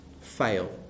fail